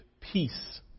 Peace